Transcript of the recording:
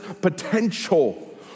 potential